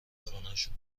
خونشون